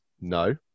no